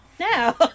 Now